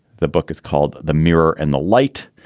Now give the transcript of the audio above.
the book is called the mirror and the light.